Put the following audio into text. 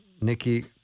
Nikki